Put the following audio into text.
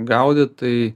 gaudyt tai